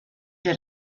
did